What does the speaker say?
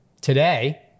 Today